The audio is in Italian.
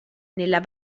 nella